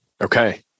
Okay